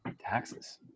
taxes